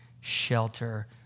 shelter